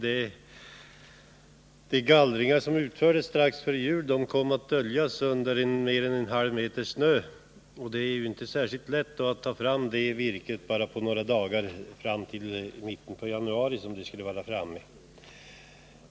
De gallringar som utfördes strax före jul kom att döljas under mer än en halv meter snö, och det är inte lätt att sedan ta fram virket på bara några dagar — det skall ju vara framme till mitten av januari.